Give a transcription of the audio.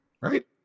right